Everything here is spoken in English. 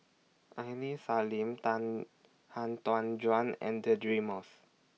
Aini Salim Tan Han Tan Juan and Deirdre Moss